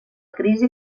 crisi